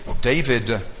David